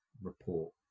report